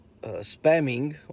spamming